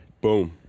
Boom